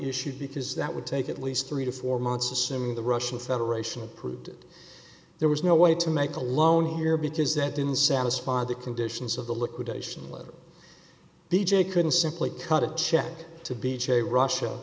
issued because that would take at least three to four months assuming the russian federation approved it there was no way to make a loan here because it didn't satisfy the conditions of the liquidation level d j couldn't simply cut a check to b j russia